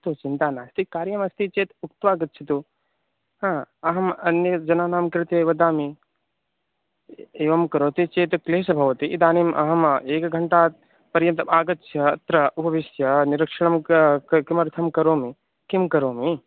तद् चिन्ता नास्ति कार्यम् अस्ति चेत् उक्त्वा गच्छतु हा अहम् अन्य जनानां कृते वदामि एवं करोति चेत् क्लेशः भवति इदानीम् अहम् एक घण्टा पर्यन्तम् आगच्छ अत्र उपविश्य निरीक्षणं क क किमर्थं करोमि किं करोमि